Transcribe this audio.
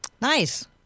Nice